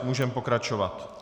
Můžeme pokračovat.